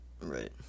Right